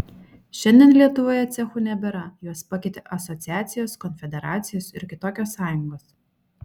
šiandien lietuvoje cechų nebėra juos pakeitė asociacijos konfederacijos ir kitokios sąjungos